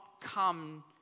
come